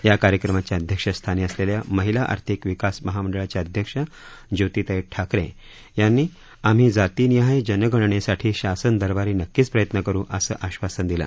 या कार्यक्रमाच्या अध्यक्षस्थानी असलेल्या महिला आर्थिक विकास महामंडळाच्या अध्यक्षा ज्योतीताई ठाकरे यांनी आम्ही जातीनिहाय जनगणनेसाठी शासन दरबारी नक्कीच प्रयत्न करू असं आश्वासन दिलं